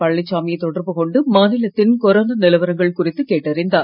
பழனிச்சாமியை தொடர்பு கொண்டு மாநிலத்தின் கொரோனா நிலவரங்கள் குறித்து கேட்டறிந்தார்